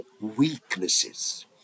weaknesses